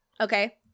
okay